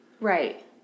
Right